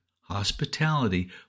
hospitality